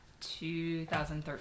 2013